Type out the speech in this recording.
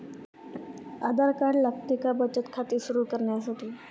आधार card लागते का बचत खाते सुरू करण्यासाठी?